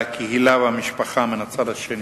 והקהילה והמשפחה מן הצד השני.